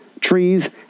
trees